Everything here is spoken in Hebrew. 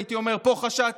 הייתי אומר: פה חשדתי,